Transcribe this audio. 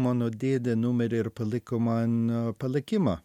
mano dėdė numirė ir paliko man palikimą